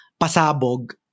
pasabog